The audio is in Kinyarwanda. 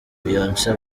beyonce